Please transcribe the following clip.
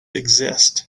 exist